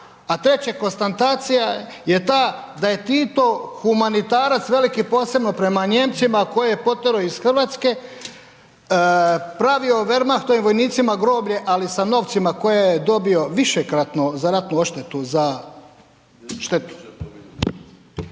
A treće, konstatacija je ta da je Tito humanitarac veliki posebno prema Nijemcima koje je potjerao iz Hrvatske pravio Wermachtovim vojnicima groblje ali sa novcima koje je dobio višekratno za ratnu odštetu za štetu.